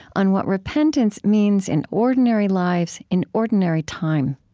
on what repentance means in ordinary lives in ordinary time